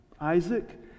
Isaac